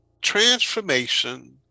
transformation